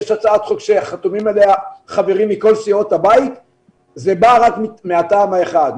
יש הצעת חוק שחתומים עליה חברים מכל סיעות הבית וזה בא רק מהטעם האחד,